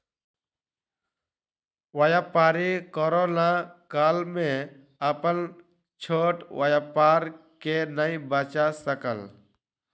व्यापारी कोरोना काल में अपन छोट व्यापार के नै बचा सकल